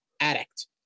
Addict